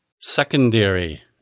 secondary